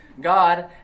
God